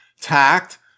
tact